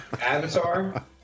avatar